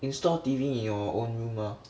install T_V in your own room ah